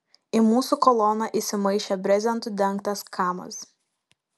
į mūsų koloną įsimaišė brezentu dengtas kamaz